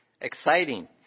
exciting